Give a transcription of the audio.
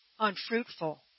unfruitful